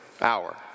hour